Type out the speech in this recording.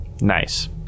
Nice